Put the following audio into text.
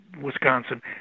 Wisconsin